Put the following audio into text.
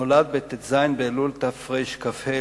נולד בט"ז באלול תרכ"ה,